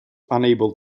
unable